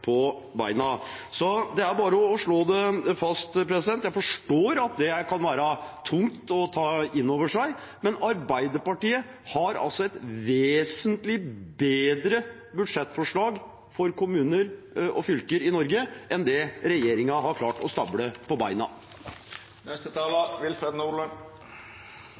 på beina. Det er bare å slå det fast. Jeg forstår at det kan være tungt å ta det inn over seg. Men Arbeiderpartiet har altså et vesentlig bedre budsjettforslag for kommuner og fylker i Norge enn det regjeringen har klart å stable på beina.